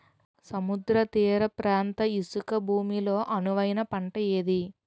సముద్ర తీర ప్రాంత ఇసుక భూమి లో అనువైన పంట ఏది?